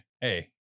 hey